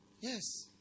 Yes